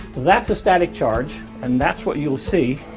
that's so that's charge and that's what you'll see